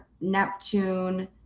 Neptune